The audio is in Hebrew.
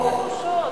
איזה בושות?